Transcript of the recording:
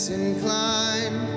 inclined